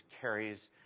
carries